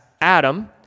Adam